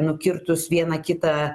nukirtus vieną kitą